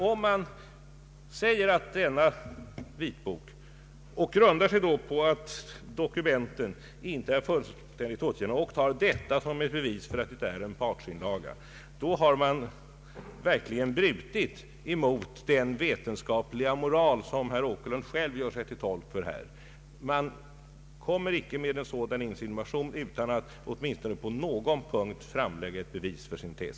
Om man säger att vitboken är en partsinlaga och som bevis anför att dokumenten inte är fullständigt återgivna har man verkligen brutit mot den vetenskapliga moral som herr Åkerlund själv gör sig till tolk för. Man kan inte göra en sådan insinuation utan att åtminstone på någon punkt framlägga ett bevis för sin tes.